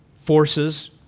forces